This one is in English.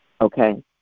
okay